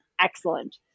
excellent